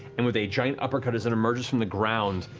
and with a giant uppercut as it emerges from the ground,